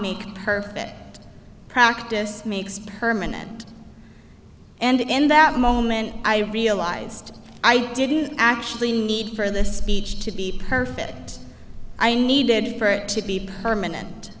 make perfect practice makes permanent and in that moment i realized i didn't actually need for the speech to be perfect i needed for it to be permanent